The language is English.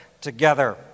together